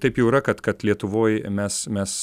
taip jau yra kad lietuvoj mes mes